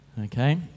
Okay